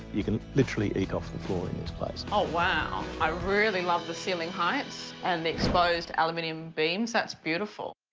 you can literally eat off the floor in this place. oh, wow. i really love the ceiling heights and the exposed aluminum beams. that's beautiful.